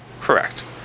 Correct